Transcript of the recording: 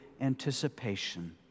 anticipation